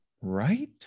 Right